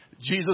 Jesus